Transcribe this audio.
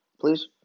please